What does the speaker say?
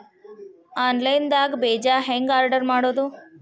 Online ದಾಗ ಬೇಜಾ ಹೆಂಗ್ ಆರ್ಡರ್ ಮಾಡೋದು?